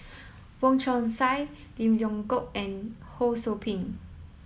Wong Chong Sai Lim Leong Geok and Ho Sou Ping